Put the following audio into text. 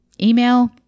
email